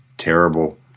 terrible